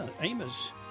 Amos